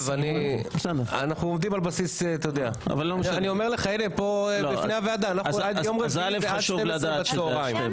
אני אומר לך פה בפני הוועדה: ביום רביעי זה עד 12 בצהריים.